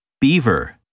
Beaver